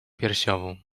piersiową